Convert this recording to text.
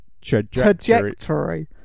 trajectory